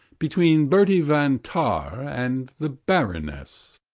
between bertie van tahn and the baroness.